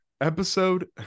Episode